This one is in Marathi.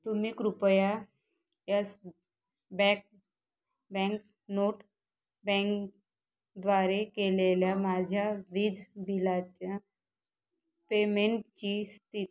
तुम्ही कृपया यस बॅक बँक नोट बँकद्वारे केलेल्या माझ्या वीज बिलाच्या पेमेंटची स्थित